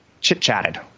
chit-chatted